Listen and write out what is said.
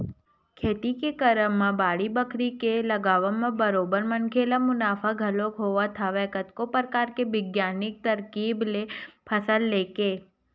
खेती के करब म बाड़ी बखरी के लगावब म बरोबर मनखे ल मुनाफा घलोक होवत हवय कतको परकार के बिग्यानिक तरकीब ले फसल लेके